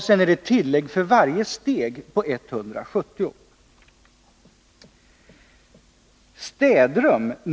Sedan är det ett tillägg för varje steg med 170 kr.